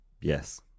Yes